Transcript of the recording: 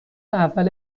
اول